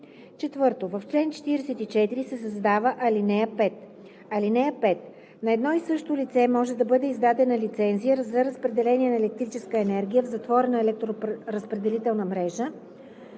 60.“ 4. В чл. 44 се създава ал. 5: „(5) На едно и също лице може да бъде издадена лицензия за разпределение на електрическа енергия в затворена електроразпределителна мрежа